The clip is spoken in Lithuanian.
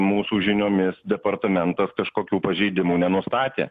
mūsų žiniomis departamentas kažkokių pažeidimų nenustatė